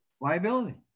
liability